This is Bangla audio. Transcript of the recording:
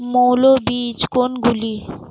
মৌল বীজ কোনগুলি?